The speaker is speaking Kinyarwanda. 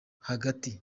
hagati